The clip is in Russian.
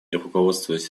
руководствуясь